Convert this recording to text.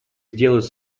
сделать